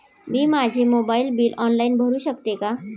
मी माझे mobile bill online भरू शकते का?